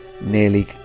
nearly